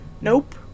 nope